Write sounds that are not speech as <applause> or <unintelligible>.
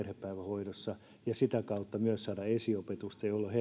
päivähoidossa ja sitä kautta myös saamassa esiopetusta jolloin <unintelligible>